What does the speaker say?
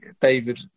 David